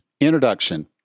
Introduction